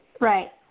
Right